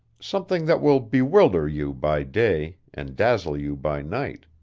something that will bewilder you by day and dazzle you by night.